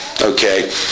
okay